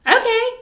okay